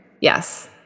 Yes